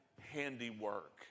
handiwork